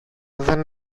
δεν